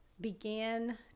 began